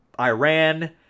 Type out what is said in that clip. Iran